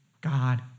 God